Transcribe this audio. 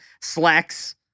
Slacks